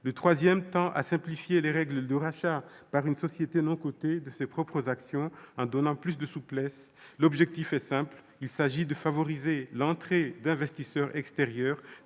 a pour objet de simplifier les règles de rachat par une société non cotée de ses propres actions, en ménageant plus de souplesse. L'objectif est simple : favoriser l'entrée d'investisseurs extérieurs